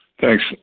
Thanks